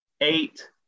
eight